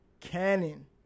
Cannon